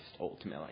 ultimately